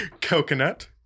Coconut